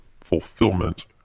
fulfillment